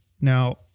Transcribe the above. Now